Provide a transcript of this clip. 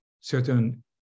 certain